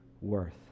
worth